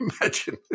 Imagine